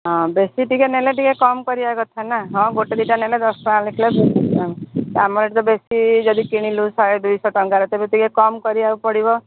ହଁ ବେଶୀ ଟିକେ ନେଲେ ଟିକେ କମ୍ କରିବା କଥା ନା ହଁ ଗୋଟେ ଦୁଇଟା ନେଲେ ଦଶଟଙ୍କା ଲେଖାଁ ତ ଆମର ଏଠି ତ ବେଶୀ ଯଦି କିଣିଲୁ ଶହେ ଦୁଇଶହ ଟଙ୍କାର ତେବେ ଟିକେ କମ କରିବାକୁ ପଡ଼ିବ